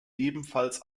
ebenfalls